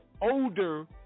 older